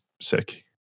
sick